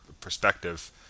perspective